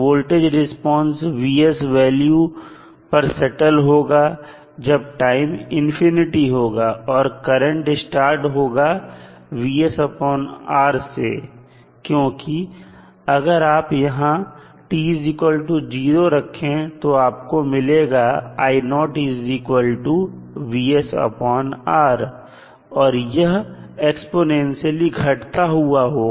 voltage response value पर settle होगा जब टाइम इंफिनिटी होगा और करंट स्टार्ट होगा से क्योंकि अगर आप यहां t0 रखें तो आपको मिलेगा और यह एक्स्पोनेंशियलई घटता हुआ होगा